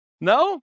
no